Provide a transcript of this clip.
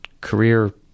career